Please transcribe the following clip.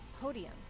podium